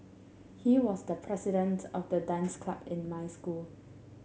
he was the president of the dance club in my school